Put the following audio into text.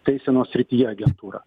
teisenos srityje agentūra